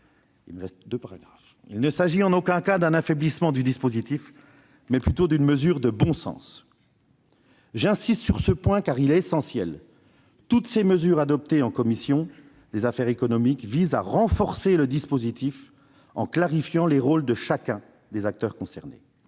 Il ne s'agit en aucun cas d'un affaiblissement du dispositif, mais plutôt d'une mesure de bon sens. J'insiste sur ce point, car il est essentiel : toutes ces mesures adoptées en commission des affaires économiques visent à renforcer le dispositif en clarifiant les rôles de chacun des acteurs concernés.